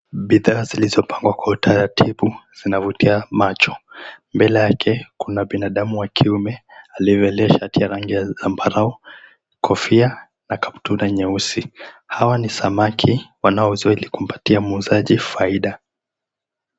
Bidhaa zilizopangwa kwa utaratibu, zinavutia macho. Mbele yake, kuna binadamu wa kiume aliyevalia shati 𝑦𝑎 𝑟𝑎𝑛𝑔𝑖 ya zambarau, kofia, na kaptu𝑟a nyeusi. Hawa ni samaki wana𝑜uzwa ili kumpatia muuzaji faida.